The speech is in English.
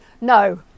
no